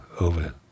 over